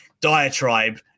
diatribe